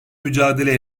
mücadele